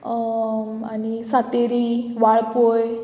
आनी सातेरी वाळपय